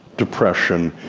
depression,